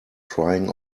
crying